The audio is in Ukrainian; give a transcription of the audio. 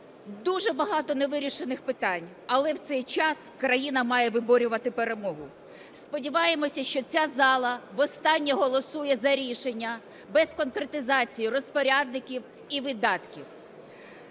дуже багато невирішених питань, але в цей час країна має виборювати перемогу. Сподіваємося, що ця зала востаннє голосує за рішення без конкретизації розпорядників і видатків.